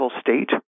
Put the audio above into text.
state